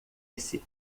esse